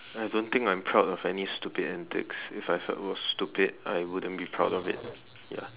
I don't think I'm proud of any stupid antics if I felt it was stupid I wouldn't be proud of it ya